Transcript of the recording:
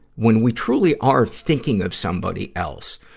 when we truly are thinking of somebody else,